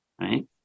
right